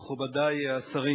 מכובדי השרים,